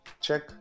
check